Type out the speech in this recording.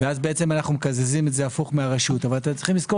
ואז אנחנו מקזזים את זה הפוך מהרשות אבל גם העבריין